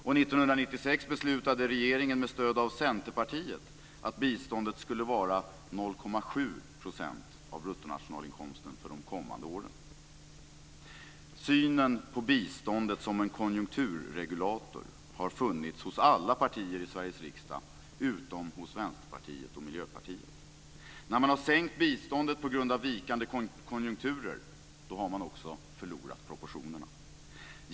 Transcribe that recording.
Och 1996 beslutade regeringen med stöd av Centerpartiet att biståndet skulle vara Synen på biståndet som en konjunkturregulator har funnits hos alla partier i Sveriges riksdag, utom hos Vänsterpartiet och Miljöpartiet. När man har sänkt biståndet på grund av vikande konjunkturer har man också förlorat proportionerna.